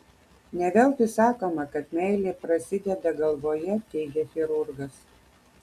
ne veltui sakoma kad meilė prasideda galvoje teigia chirurgas